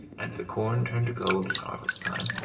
and the corn turn to gold at harvest time,